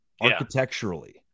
architecturally